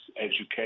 education